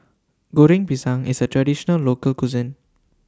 Goreng Pisang IS A Traditional Local Cuisine